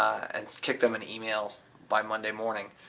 and kick them an email by monday morning.